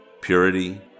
purity